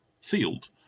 field